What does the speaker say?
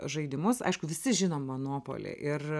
žaidimus aišku visi žino monopolį ir